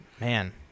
Man